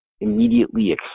immediately